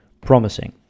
promising